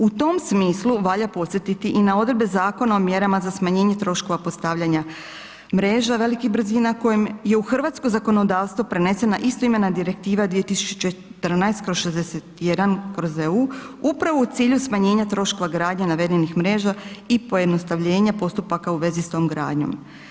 U tom smislu valja podsjetiti i na odredbe Zakona o mjerama za smanjenje troškova postavljanja mreža velikih brzina kojim je u hrvatsko zakonodavstvo prenesena istoimena direktiva 2014/61/EU upravo u cilju smanjenja troškova gradnje navedenih mreža i pojednostavljenja postupaka u vezi s tom gradnjom.